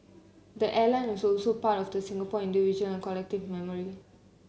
the airline is also part of the Singapore individual and collective memory